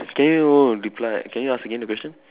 can you reply can you ask again the question